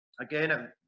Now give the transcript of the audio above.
Again